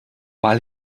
mal